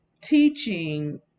Teaching